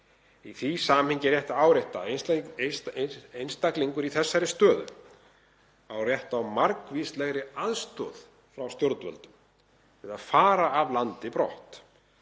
Í því samhengi er rétt að árétta að einstaklingur í þessari stöðu á rétt á margvíslegri aðstoð frá stjórnvöldum við að fara af landi brott,